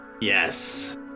Yes